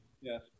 Yes